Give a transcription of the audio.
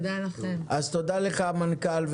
תודה לך, המנכ"ל.